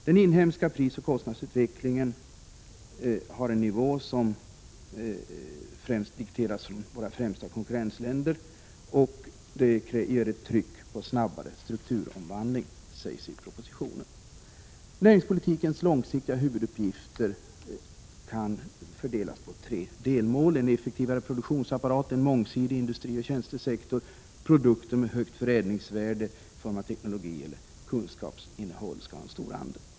Den inhemska pris och kostnadsutvecklingen har en nivå som i första hand dikteras av våra främsta konkurrentländer. Det ger ett tryck på en snabbare strukturomvandling, sägs det i propositionen. Näringspolitikens långsiktiga huvuduppgift kan fördelas på tre delmål: En effektivare produktionsapparat, en mångsidig industrioch tjänstesektor samt produkter med högt förädlingsvärde i form av teknologi eller kunskapsinnehåll skall ha en stor andel.